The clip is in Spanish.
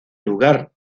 lugar